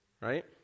right